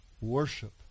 worship